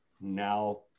now